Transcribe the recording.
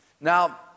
now